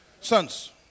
Sons